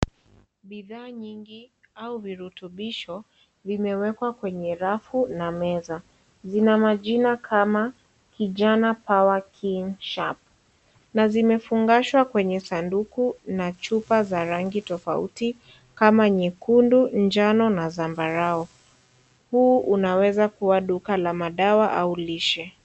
Bidhaa nyingi au virutubisho, vimewekwa kwenye rafu na meza, vina majina kama Kijana Power King Sharp, na zimefungashwa kwenye sanduku na chupa za rangi tofauti kama nyekundu, njano na zambarao. Huu unaweza kuaduka la madawa au lishe.